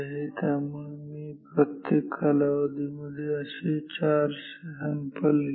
त्यामुळे मी प्रत्येक कालावधीमध्ये असे 4 सॅम्पल घेईल